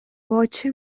باچه